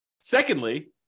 secondly